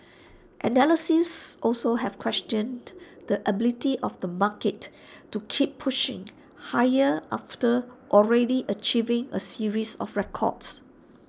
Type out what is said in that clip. analysts also have questioned the ability of the market to keep pushing higher after already achieving A series of records